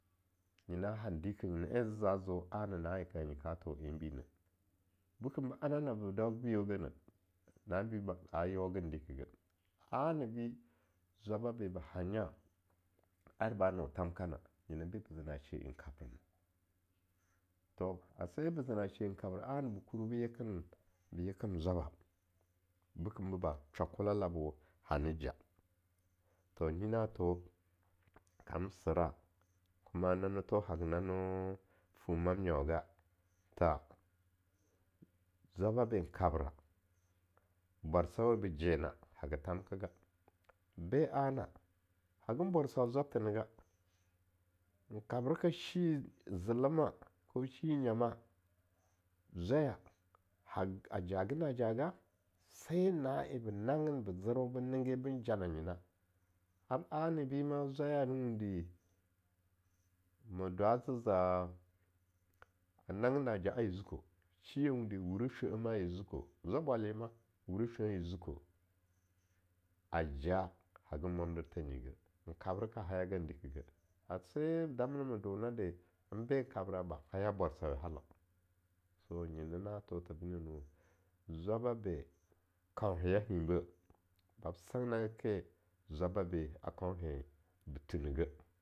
Nyina handikini en za zeo ana na en ka hanyi ka tho eng bi neh bekim ba anana bo daaga bi biyo geneh na enbi ayeowagi dikeh geh a-nibi zwaba beba hanya ar ba no thamkana nyenabe ba ze neshe eh neh, to asebe ze na she-eh a-na ba kurwu be yeken zwab bekim boba, shwakolela bo hani ja, to na nyi, tho kamsera kuna nani tho haga nani fun mamnyaaga tha zwaba ban kabra bwarsauwe ba jena haya thamkga, ben a-na haga bwarsawa zwab the ne ga, kabreka shi zelam-ah ko shi nyama, zwaya a jaga na jaga, sai na'en be nangin be zerwo benjana nyina ar ani bima zwaya ni wundi ma dwa zeza a nanyin neja'a ye zukon, shiye wundi wuleh shue-eh ma ye zukun zwa-bwalyema, a wureh shue-eh ye zukun aja hagan mwanditha nyige n kabreka a hayagan dikigeh, ase damnama donade en ben kabra ba haya bwarsawe halaun to nyini na tho tha ba nehnuwoun zwababe kauhenya hinbeh mam sinagina ke zwaba bea kaunhen ba thu nigeh.